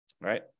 right